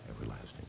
everlasting